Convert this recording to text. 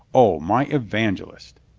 o, my evangelist!